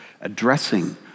addressing